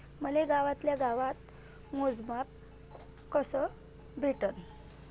मले गावातल्या गावात मोजमाप कस भेटन?